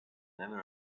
never